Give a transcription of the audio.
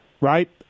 right